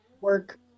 work